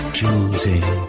choosing